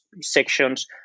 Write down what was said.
sections